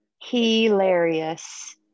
hilarious